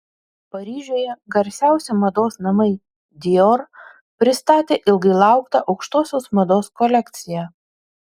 paryžiuje garsiausi mados namai dior pristatė ilgai lauktą aukštosios mados kolekciją